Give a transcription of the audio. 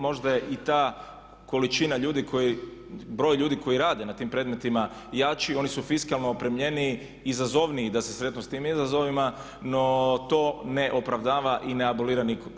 Možda je i ta količina ljudi koji, broj ljudi koji rade na tim predmetima jači, oni su fiskalno opremljeniji, izazovniji da se sretnu s tim izazovima no to ne opravdava i ne abolira nikog.